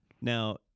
Now